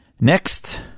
Next